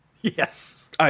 Yes